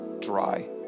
dry